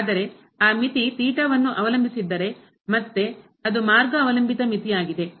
ಆದರೆ ಆ ಮಿತಿ ಥೀಟಾವನ್ನು ಅವಲಂಬಿಸಿದ್ದರೆ ಮತ್ತೆ ಅದು ಮಾರ್ಗ ಅವಲಂಬಿತ ಮಿತಿಯಾಗಿದೆ